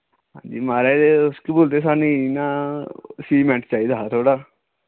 म्हाराज केह बोलदे सानूं इ'यां सिमैंट चाहिदा हा थोह्ड़ा